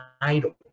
idol